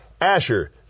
Asher